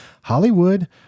Hollywood